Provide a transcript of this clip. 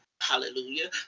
hallelujah